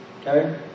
Okay